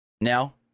Now